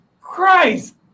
Christ